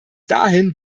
dahin